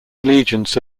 allegiance